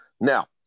Now